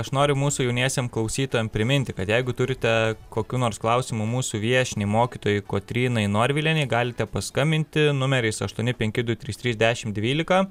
aš noriu mūsų jauniesiem klausytojam priminti kad jeigu turite kokių nors klausimų mūsų viešniai mokytojai kotrynai norvilienei galite paskambinti numeriais aštuoni penki du trys trys dešimt dvylika